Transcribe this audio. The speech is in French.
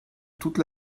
toute